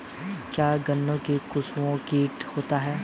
क्या गन्नों में कंसुआ कीट होता है?